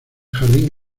jardín